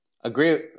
Agree